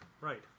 Right